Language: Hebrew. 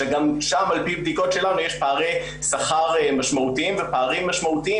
שגם שם על פי בדיקות שלנו יש פערי שכר משמעותיים ופערים משמעותיים